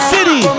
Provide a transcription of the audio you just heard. City